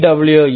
W